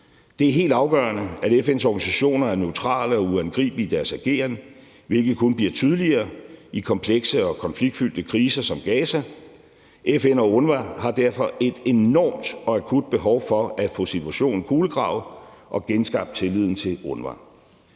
Det er helt afgørende, at FN's organisationer er neutrale og uangribelige i deres ageren, hvilket kun bliver tydeligere i komplekse og konfliktfyldte kriser som Gaza. FN og UNRWA har derfor et enormt og akut behov for at få situationen kulegravet og genskabt tilliden til UNRWA.